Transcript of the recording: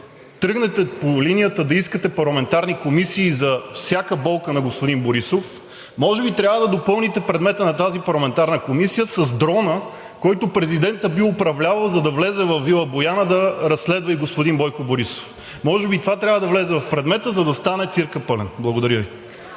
тръгнете по линията да искате парламентарни комисии за всяка болка на господин Борисов, може би трябва да допълните предмета на тази парламентарна комисия с дрона, който президентът бил управлявал, за да влезе във вила „Бояна“ да разследва и господин Бойко Борисов. Може би и това трябва да влезе в предмета, за да стане циркът пълен. Благодаря Ви.